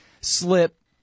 slip